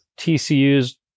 TCU's